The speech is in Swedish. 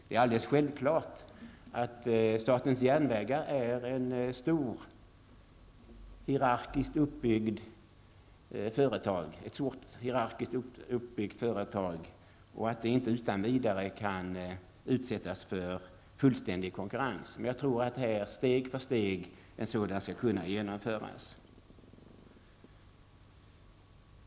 Det är helt självklart att statens järnvägar, som är ett stort, hierarkiskt uppbyggt företag, inte utan vidare kan utsättas för fullständig konkurrens, men jag tror att det skall kunna genomföras steg för steg.